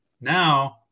Now